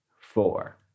four